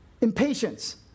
impatience